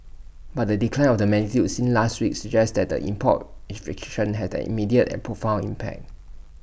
but the decline of the magnitude seen last week suggests that the import restrictions had an immediate and profound impact